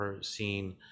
seen